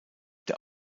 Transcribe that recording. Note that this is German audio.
der